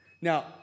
Now